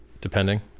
depending